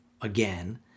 again